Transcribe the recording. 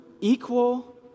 equal